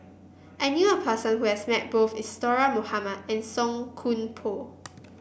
I knew a person who has met both Isadhora Mohamed and Song Koon Poh